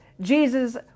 Jesus